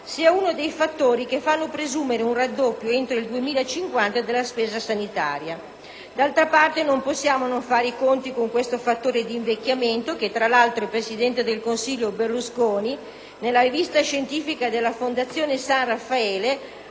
sia uno dei fattori che fanno presumere il raddoppio, entro il 2050, della spesa sanitaria. D'altra parte, non possiamo non fare i conti con questo fattore di invecchiamento che il Presidente del Consiglio, onorevole Berlusconi, nella rivista scientifica della Fondazione San Raffaele